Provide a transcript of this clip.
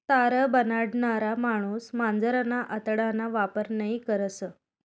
तार बनाडणारा माणूस मांजरना आतडाना वापर नयी करस